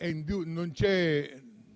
È indubbio che